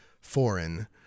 foreign